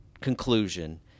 conclusion